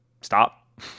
stop